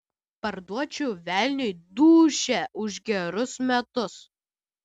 parduočiau velniui dūšią už gerus metus